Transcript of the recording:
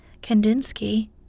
Kandinsky